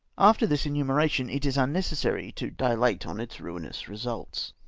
after this enumeration, it is unnecessary to dilate on its ruinous results.